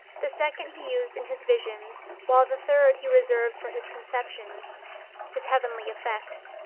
the second he used in his visions, while the third he reserved for his conceptions his heavenly effects.